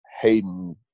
Hayden